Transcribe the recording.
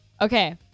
Okay